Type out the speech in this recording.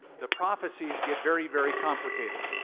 the prophecies get very, very complicated.